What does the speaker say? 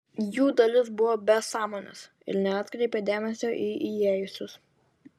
jų dalis buvo be sąmonės ir neatkreipė dėmesio į įėjusius